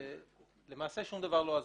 אבל שום דבר לא עזר.